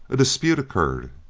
a dispute occurred,